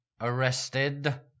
arrested